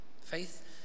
Faith